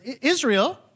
Israel